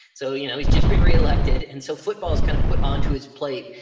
so you know he's just been re-elected and so football is kind of put on to his plate,